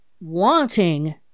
wanting